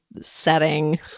setting